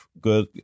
good